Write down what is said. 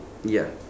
ya